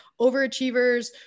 overachievers